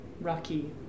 rocky